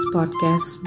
Podcast